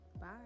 Bye